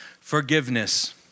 Forgiveness